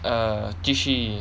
err 继续